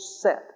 set